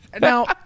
Now